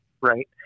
right